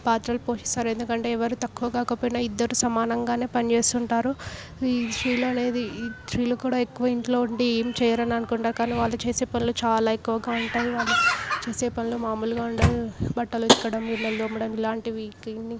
పాత్రలు పోషిస్తారు ఎందుకంటే ఎవరు తక్కువ కాకపోయినా ఇద్దరు సమానంగానే పనిచేస్తుంటారు ఈ స్త్రీలు అనేది ఈ స్త్రీలు కూడా ఎక్కువ ఇంట్లో ఉండి ఏం చేయరని అనుకుంటారు కానీ వాళ్ళు చేసే పనులు చాలా ఎక్కువగా ఉంటాయి వాళ్ళు చేసే పనులు మామూలుగా ఉండదు బట్టలు ఉతకడం గిన్నెలు తోమడం ఇలాంటివి క్లీనింగ్